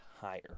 higher